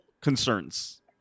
concerns